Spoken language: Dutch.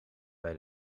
bij